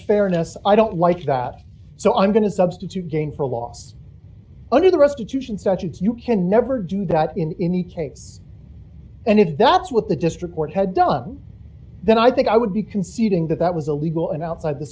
fairness i don't like that so i'm going to substitute again for a loss under the restitution such as you can never do that in any case and if that's what the district court had done then i think i would be conceding that that was illegal and outside the